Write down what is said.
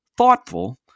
Thoughtful